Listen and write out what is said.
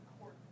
court